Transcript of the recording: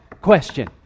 question